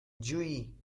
جویی